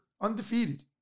undefeated